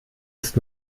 ist